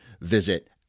visit